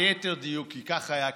ליתר דיוק, כי כך היה כתוב,